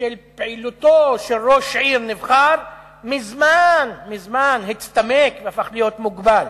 הפעולה של ראש עיר נבחר מזמן מזמן הצטמק והפך להיות מוגבל.